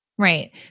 Right